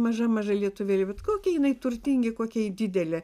maža maža lietuvėlė bet kokia jinai turtingi kokie didelė